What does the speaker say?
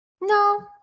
no